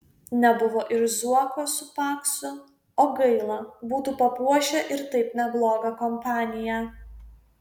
nebuvo ir zuoko su paksu o gaila būtų papuošę ir taip neblogą kompaniją